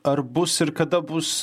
ar bus ir kada bus